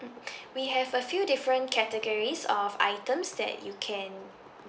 mm we have a few different categories of items that you can